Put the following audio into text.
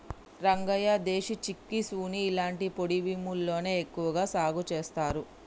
రంగయ్య దేశీ చిక్పీసుని ఇలాంటి పొడి భూముల్లోనే ఎక్కువగా సాగు చేస్తారు